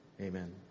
amen